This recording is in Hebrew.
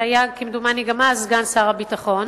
שהיה אז כמדומני גם סגן שר הביטחון,